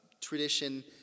tradition